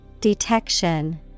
Detection